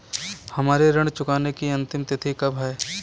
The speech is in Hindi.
हमारी ऋण चुकाने की अंतिम तिथि कब है?